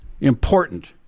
important